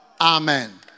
Amen